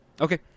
Okay